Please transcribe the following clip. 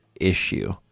issue